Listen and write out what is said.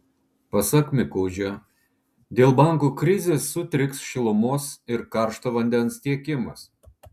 pasak mikužio dėl bankų krizės sutriks šilumos ir karšto vandens tiekimas